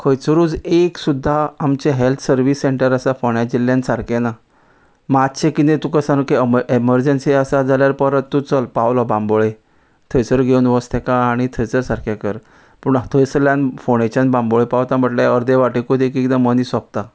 खंयचरूच एक सुद्दा आमचे हेल्थ सर्वीस सेंटर आसा फोण्या जिल्ल्यान सारके ना मात्शें किदें तुका सामके एमरजंसी आसा जाल्यार परत तूं चल पावलो बांबोळे थंयसर घेवन वच तेका आनी थंयसर सारके कर पूण थंयसर फोण्याच्यान बांबोळे पावता म्हटल्यार अर्दे वाटेकूच एक एकदां मनीस सोंपता